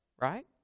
right